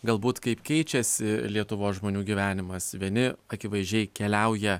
galbūt kaip keičiasi lietuvos žmonių gyvenimas vieni akivaizdžiai keliauja